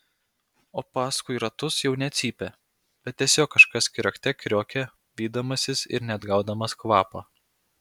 o paskui ratus jau ne cypė bet tiesiog kažkas kriokte kriokė vydamasis ir neatgaudamas kvapo